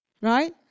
Right